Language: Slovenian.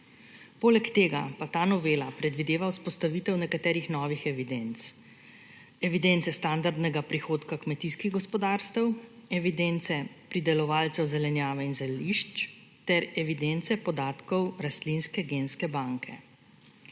Poleg tega pa ta novela predvideva vzpostavitev nekaterih novih evidenc, evidence standardnega prihodka kmetijskih gospodarstev, evidence pridelovalcev zelenjave in zelišč ter evidence podatkov rastlinske genske banke.